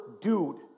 dude